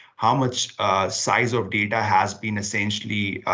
how much size of data has been essentially